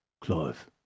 Clive